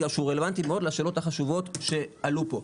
בגלל שהוא רלוונטי מאוד לשאלות החשובות שעלו פה.